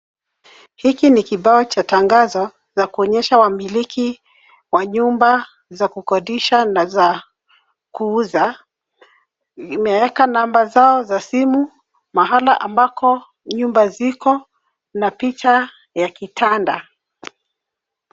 Hiki ni kibao cha tangazo cha kuonyesha wamiliki wa nyumba za kukodisha na za kuuza. Imeweka namba zao za simu, mahali ambako nyumba ziko na picha ya kitanda.